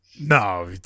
No